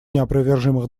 неопровержимых